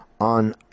on